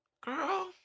girl